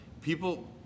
people